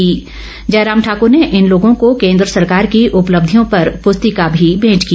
इस अवसर पर जयराम ठाकुर ने इन लोगों को केन्द्र सरकार की उपलब्धियों पर पुस्तिका भी मेंट की